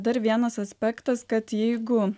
dar vienas aspektas kad jeigu